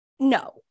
No